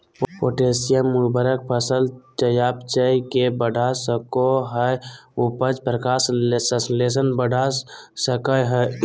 potassium उर्वरक फसल चयापचय के बढ़ा सकई हई, उपज, प्रकाश संश्लेषण बढ़ा सकई हई